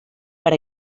per